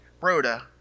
Rhoda